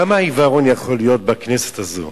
כמה עיוורון יכול להיות בכנסת הזאת?